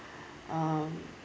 um